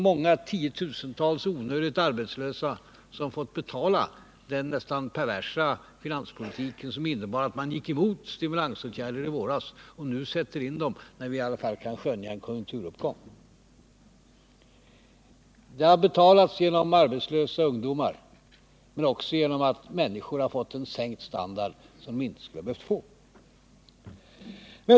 Många tiotusental onödigt arbetslösa fick betala den nästan perversa finanspolitik som innebar att man gick emot stimulansåtgärder i våras men nu sätter in dem när vi i alla fall kan skönja en konjunkturuppgång. Den har betalats av arbetslösa ungdomar men även genom att människor fått sänkt standard.